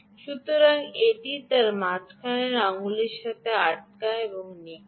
সুতরাং এটি তার মাঝখানের আঙুলের কাছে আটকা পড়ে নিখুঁত